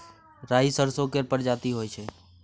राई सरसो केर परजाती होई छै